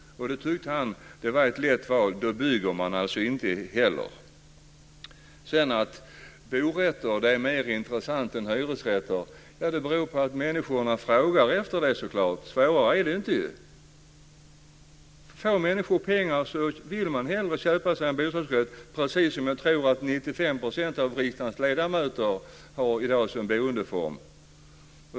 Det tyckte han var ett lätt val. Då bygger man alltså inte. Att borätter är mer intressant än hyresrätter beror så klart på att människorna frågar efter det. Svårare är det inte. Får människor pengar vill de hellre köpa sig en bostadsrätt, precis som jag tror att 95 % av riksdagens ledamöter i dag har bostadsrätten som boendeform.